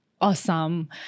awesome